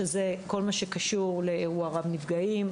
שזה כל מה שקשור לאירוע רב נפגעים,